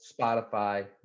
Spotify